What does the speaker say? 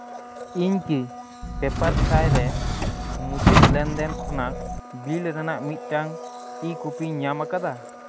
ᱤᱧ ᱠᱤ ᱯᱮᱯᱟᱨ ᱯᱷᱨᱟᱭ ᱨᱮ ᱢᱩᱪᱟᱹᱫ ᱞᱮᱱᱫᱮᱱ ᱠᱷᱚᱱᱟᱜ ᱵᱤᱞ ᱨᱮᱭᱟᱜ ᱢᱤᱫᱴᱟᱝ ᱤᱼᱠᱳᱯᱤᱧ ᱧᱟᱢ ᱟᱠᱟᱫᱟ